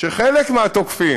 שחלק מהתוקפים,